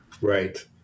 Right